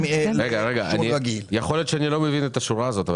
יכול להיות שאני לא מבין את השורה הזאת אבל